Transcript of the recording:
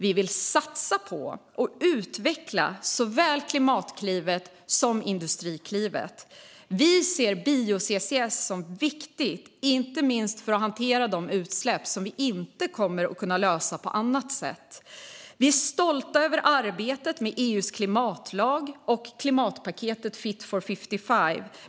Vi vill satsa på och utveckla såväl Klimatklivet som Industriklivet. Vi ser bio-CCS som viktigt, inte minst för att hantera de utsläpp som vi inte kommer att kunna lösa på annat sätt. Vi är stolta över arbetet med EU:s klimatlag och klimatpaketet Fit for 55.